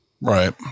Right